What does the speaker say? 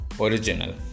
original